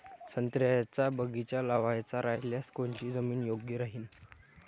संत्र्याचा बगीचा लावायचा रायल्यास कोनची जमीन योग्य राहीन?